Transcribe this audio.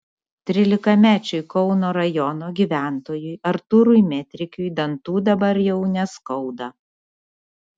trylikamečiui kauno rajono gyventojui artūrui metrikiui dantų dabar jau neskauda